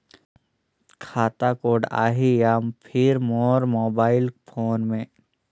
खाता कोड आही या फिर मोर मोबाइल फोन मे?